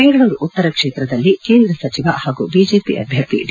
ಬೆಂಗಳೂರು ಉತ್ತರ ಕ್ಷೇತ್ರದಲ್ಲಿ ಕೇಂದ್ರ ಸಚಿವ ಹಾಗು ಬಿಜೆಪಿ ಅಭ್ಯರ್ಥಿ ಡಿ